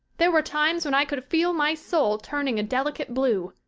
there were times when i could feel my soul turning a delicate blue.